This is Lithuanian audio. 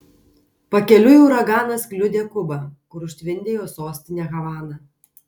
pakeliui uraganas kliudė kubą kur užtvindė jos sostinę havaną